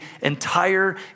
entire